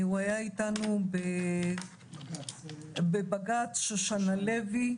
הוא היה אתנו בבג"ץ שושנה לוי,